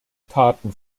taten